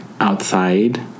outside